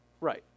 right